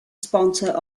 sponsor